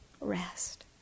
Rest